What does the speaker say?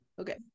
Okay